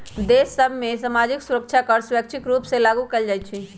कुछ देश सभ में सामाजिक सुरक्षा कर स्वैच्छिक रूप से लागू कएल जाइ छइ